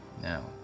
now